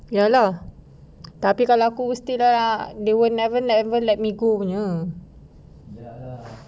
ya lah tapi aku mesti they will never never let me go punya